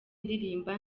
aririmba